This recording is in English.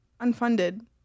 unfunded